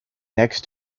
next